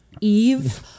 eve